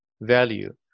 value